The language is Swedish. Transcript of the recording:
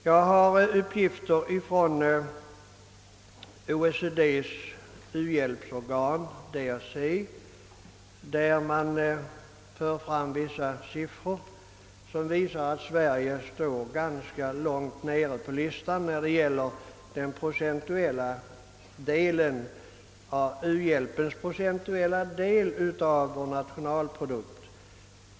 Enligt siffror som publicerats av OECD-ländernas = u-hjälpsorgan DAC kommer Sverige ganska långt ned på listan över de olika ländernas procentuella bidragsandel i förhållande till nationalprodukten.